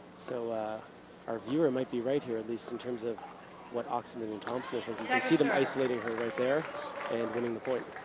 so our viewer might be right here, at least in terms of what oxenden and thompson. you can see them isolating her right there and winning the point.